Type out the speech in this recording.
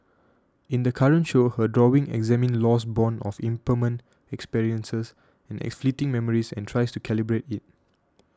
in the current show her drawings examine loss borne of impermanent experiences and fleeting memories and tries to calibrate it